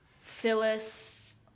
phyllis